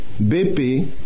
BP